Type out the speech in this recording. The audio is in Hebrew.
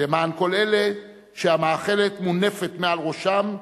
למען כל אלה שהמאכלת מונפת מעל ראשם,